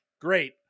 Great